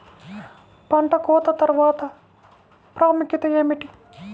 పంట కోత తర్వాత ప్రాముఖ్యత ఏమిటీ?